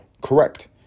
Correct